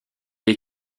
est